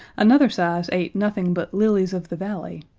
another size ate nothing but lilies of the valley,